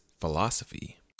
Philosophy